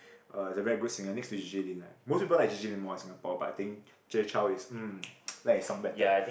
uh he's a very good singer next to J_J-Lin lah most people like J_J-Lin more in Singapore but I think Jay-Chou is um like his song better